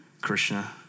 Krishna